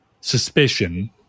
suspicion